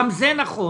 גם זה נכון.